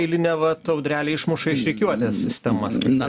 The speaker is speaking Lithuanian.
eiline vat audrelė išmuša iš rikiuotės sistemas na